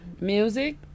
music